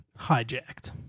hijacked